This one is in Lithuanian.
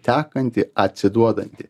tekanti atsiduodanti